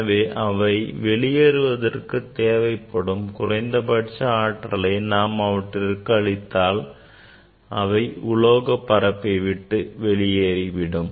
எனவே அவை வெளியேறுவதற்கு தேவைப்படும் குறைந்தபட்ச ஆற்றலை நாம் அவற்றிற்கு அளித்தால் அவை உலோக பரப்பை விட்டு வெளியேறிவிடும்